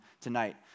tonight